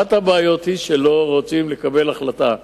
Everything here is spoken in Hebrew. אחת הבעיות היא שלא רוצים לקבל החלטה.